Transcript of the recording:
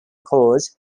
cause